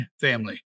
family